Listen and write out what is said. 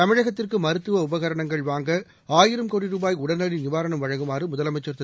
தமிழகத்திற்கு மருத்துவ உபகரணங்கள் வாங்க ஆயிரம் கோடி ரூபாய் உடனடி நிவாரணம் வழங்குமாறு முதலமைச்சா் திரு